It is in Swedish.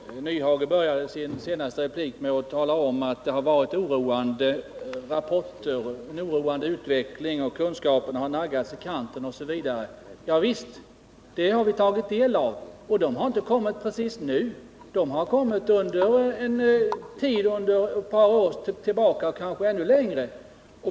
Herr talman! Herr Nyhage började sin senaste replik med att tala om att det varit en oroande utveckling, att kunskaperna naggats i kanten osv. Ja visst, detta har vi tagit del av. Men de problemen har inte precis kommit nu. De har dykt upp sedan flera år tillbaka.